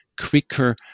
quicker